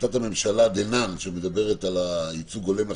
החלטת הממשלה שמדברת על ייצוג הולם לחרדים,